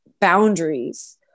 boundaries